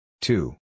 Two